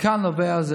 מכאן זה נובע.